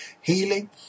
healing